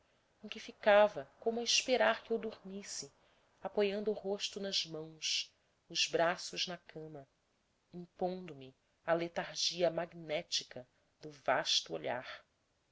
que ficava como a esperar que eu dormisse apoiando o rosto nas mãos os braços na cama impondo me a letargia magnética do vasto olhar